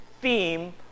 theme